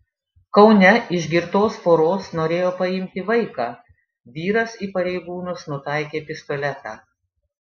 kaune iš girtos poros norėjo paimti vaiką vyras į pareigūnus nutaikė pistoletą